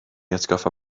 atgoffa